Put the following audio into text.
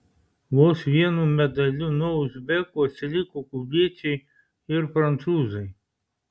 vos vienu medaliu nuo uzbekų atsiliko kubiečiai ir prancūzai